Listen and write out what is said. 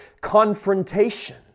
confrontation